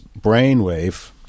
brainwave